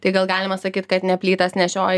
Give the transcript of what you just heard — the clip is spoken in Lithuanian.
tai gal galima sakyt kad ne plytas nešioji